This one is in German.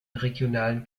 regionalen